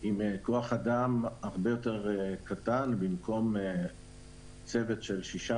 ועם כוח אדם הרבה יותר קטן: במקום צוות של שישה